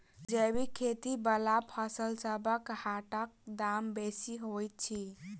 जैबिक खेती बला फसलसबक हाटक दाम बेसी होइत छी